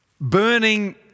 Burning